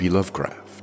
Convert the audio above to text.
Lovecraft